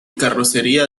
carrocería